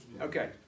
Okay